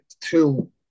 two